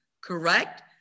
correct